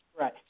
Right